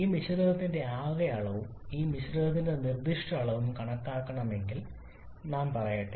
ഈ മിശ്രിതത്തിന്റെ ആകെ അളവും ഈ മിശ്രിതത്തിന്റെ നിർദ്ദിഷ്ട അളവും കണക്കാക്കണമെങ്കിൽ ഞാൻ പറയട്ടെ